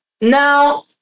Now